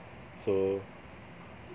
so